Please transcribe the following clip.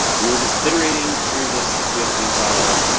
we were just iterating through this csv file,